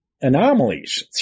anomalies